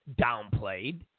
downplayed